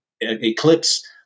eclipse